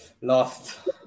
Lost